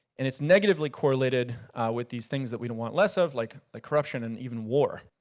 and it's negatively correlated with these things that we don't want less of like corruption and even war.